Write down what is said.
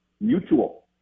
mutual